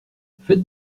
faites